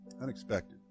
Unexpected